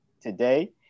today